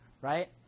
right